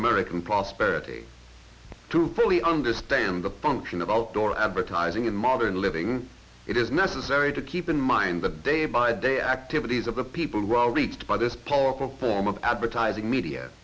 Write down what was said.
american prosperity to fully understand the function of outdoor advertising in modern living it is necessary to keep in mind the day by day activities of the people who are reached by this powerful form of advertising media